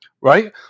right